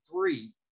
three